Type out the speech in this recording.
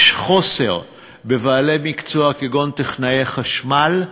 יש חוסר בבעלי מקצוע כגון טכנאי חשמל,